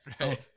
right